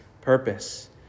purpose